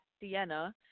Sienna